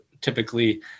typically